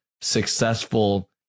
successful